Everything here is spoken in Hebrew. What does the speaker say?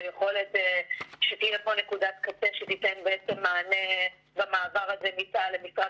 ליכולת שתהיה פה נקודת קצה שתיתן מענה במעבר הזה מצה"ל למשרד